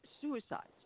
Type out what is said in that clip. suicides